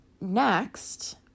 next